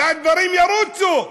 והדברים ירוצו.